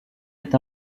est